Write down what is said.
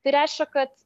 tai reiškia kad